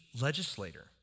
legislator